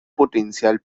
potencial